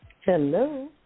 Hello